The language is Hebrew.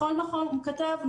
בכל מקום כתבנו,